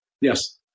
Yes